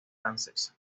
francesa